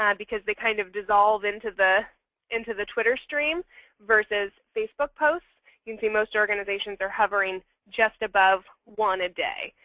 um because they kind of dissolve into the into the twitter stream versus facebook posts. you can see most organizations are hovering just above one a day.